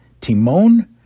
Timon